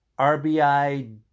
RBI